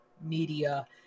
media